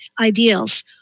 ideals